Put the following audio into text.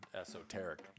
esoteric